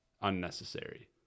unnecessary